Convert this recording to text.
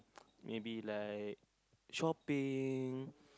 maybe like shopping